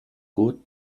good